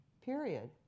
period